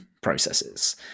processes